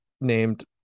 named